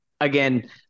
again